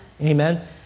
Amen